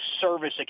service